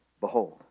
behold